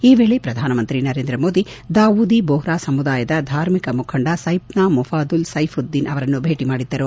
ಈ ವೇಳೆ ಪ್ರಧಾನಮಂತ್ರಿ ನರೇಂದ್ರ ಮೋದಿ ದಾವೂದಿ ಬೋಹ್ರಾ ಸಮುದಾಯದ ಧಾರ್ಮಿಕ ಮುಖಂಡ ಸೈಪ್ನಾ ಮೂಫಾದಲ್ ಸೈಪ್ವುದ್ದೀನ್ ಅವರನ್ನು ಭೇಟಿ ಮಾಡಿದರು